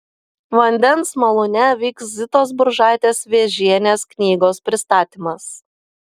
vandens malūne vyks zitos buržaitės vėžienės knygos pristatymas